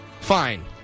Fine